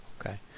Okay